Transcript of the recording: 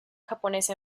japonesa